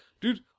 dude